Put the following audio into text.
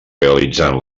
realitzant